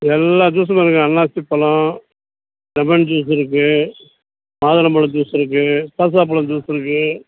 எல்லா ஜூஸுமே இருக்குதுங்க அன்னாசிப்பழம் லெமன் ஜூஸ் இருக்குது மாதுளம்பள ஜூஸ் இருக்குது பழம் ஜூஸ் இருக்குது